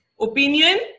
opinion